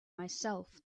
myself